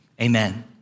Amen